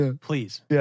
please